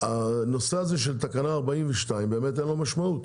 הנושא של תקנה 42 אין לו משמעות,